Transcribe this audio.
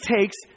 takes